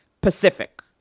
Pacific